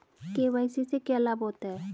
KYC से क्या लाभ होता है?